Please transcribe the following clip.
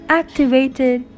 activated